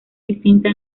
distinta